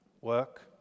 Work